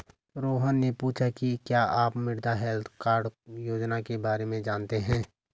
रोहन ने पूछा कि क्या आप मृदा हैल्थ कार्ड योजना के बारे में जानते हैं?